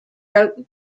croton